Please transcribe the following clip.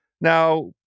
Now